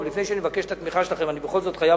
אבל לפני שאני מבקש את התמיכה שלכם, אני